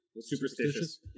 superstitious